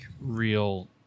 real